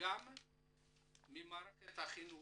גם ממערכת החינוך.